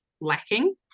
lacking